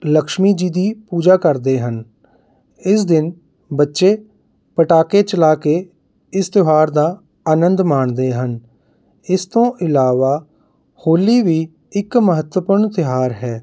ਲਕਸ਼ਮੀ ਜੀ ਦੀ ਪੂਜਾ ਕਰਦੇ ਹਨ ਇਸ ਦਿਨ ਬੱਚੇ ਪਟਾਕੇ ਚਲਾ ਕੇ ਇਸ ਤਿਉਹਾਰ ਦਾ ਆਨੰਦ ਮਾਣਦੇ ਹਨ ਇਸ ਤੋਂ ਇਲਾਵਾ ਹੋਲੀ ਵੀ ਇੱਕ ਮਹੱਤਵਪੂਰਨ ਤਿਉਹਾਰ ਹੈ